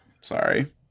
Sorry